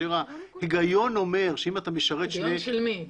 כאשר ההיגיון אומר שאם אתה משרת שני --- היגיון של מי?